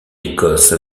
écosse